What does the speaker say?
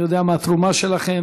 אני יודע מה התרומה שלכם,